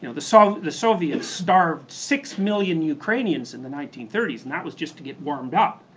know, the sort of the soviets starved six million ukrainians in the nineteen thirty s and that was just to get warmed up.